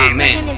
Amen